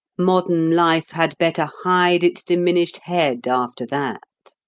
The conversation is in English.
modern life had better hide its diminished head, after that.